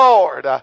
Lord